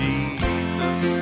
Jesus